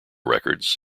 records